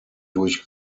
durch